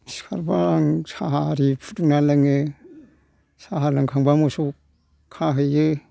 सिखारबा आं साहा आरि फुदुंनानै लोङो साहा लोंखांबा मोसौ खाहैयो